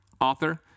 Author